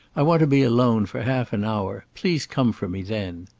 i want to be alone for half an hour. please come for me then.